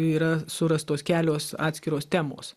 yra surastos kelios atskiros temos